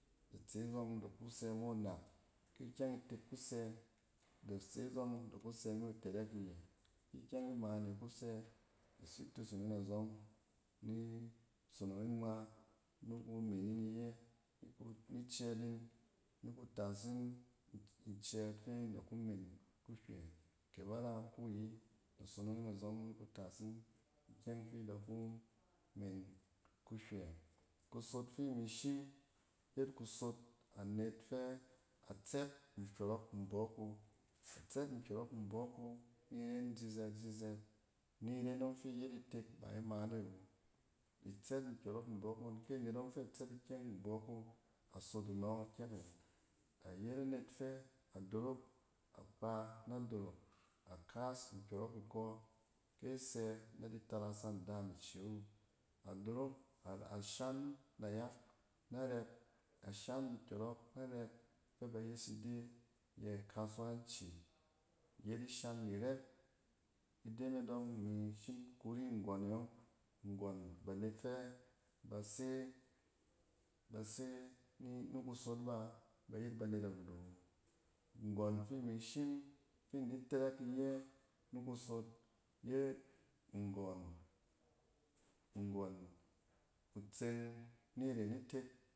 Da tse zↄng du ku sɛ mo nak nak-ki ikyɛng itek kusɛ, da tse zↄng da ku sɛ mo itɛrɛk iyɛ. Ki kyɛg imane kusɛ, da tsi tusung in azↄng ni sonong ngma ni ku men in iyɛ, ni ku-ni cɛɛt yin, ni ku tas yin ncɛɛt fɛ in da ku men kuhwɛ. kɛ ba ra iku ayi, da sonong azↄng ni ku tas yin ikyɛng fi da ku men kuhywɛ. Kusot fi imi shim yet kusot anet fɛ atsɛt nkyↄrↄk mbↄk wu. A tsɛt nkyↄrↄk mbↄk wu ni ren zizɛt-zizɛt. Ni iren ↄng fi iyet itek ba imaane awo itsɛt nkyↄrↄk mbↄk ngↄn, kɛ anet ↄng fɛ a tsɛt ikyɛng mbↄk wu a sot anↄng kyɛk awo. Ayet anet ↄng fɛ a dorok akpa na dook, a kaas nkyↄrↄk ikↄ, kɛ a sɛ na di tarasa ndaam ice wu. A dorok a shan nayak na rɛp, a shan nkyↄrↄk na rɛn fɛ ba yes ide yɛ kasuwanci yet ishan ni rɛp. I de ne dↄng mi shim kuri nggↄne yↄng. Nggↄn banet fɛ ba se s baseɛ ni ni kusot ba, ba yet banet arut awo. Nggↄ fi imi shim, fi in di tɛrɛk iyɛ nikus of yet nggↄn-nggↄn kutseng ni ren itek.